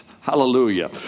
Hallelujah